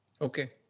Okay